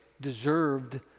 deserved